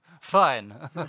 fine